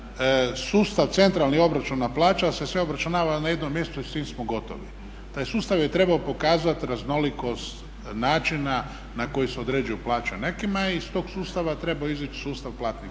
sustav centralni obračuna plaća jer se sve obračunava na jednom mjestu i s time smo gotovi. Taj sustav je trebao pokazati raznolikost načina na koji se određuju plaće a nekim je iz tog sustava trebao izići sustav platnih